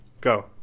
Go